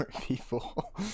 people